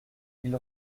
ils